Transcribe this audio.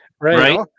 right